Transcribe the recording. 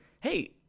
hey